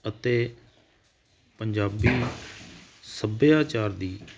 ਅਤੇ ਪੰਜਾਬੀ ਸੱਭਿਆਚਾਰ ਦੀ